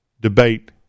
debate